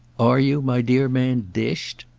are you, my dear man, dished?